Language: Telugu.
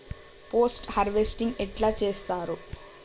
పోస్ట్ హార్వెస్టింగ్ ఎట్ల చేత్తరు?